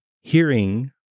hearing